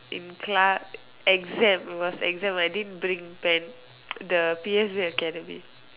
in class exam it was exam I didn't bring pen the P_S_B academy